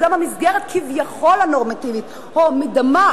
גם המסגרת הכביכול-נורמטיבית או המדמה,